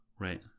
Right